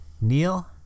Neil